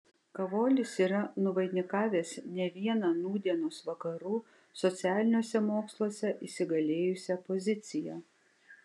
kavolis yra nuvainikavęs ne vieną nūdienos vakarų socialiniuose moksluose įsigalėjusią poziciją